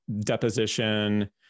deposition